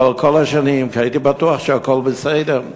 כי הייתי בטוח שהכול בסדר.